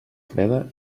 freda